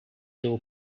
too